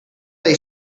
lay